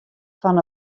fan